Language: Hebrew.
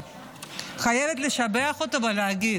חייבת לשבח אותו ולהגיד: